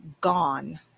gone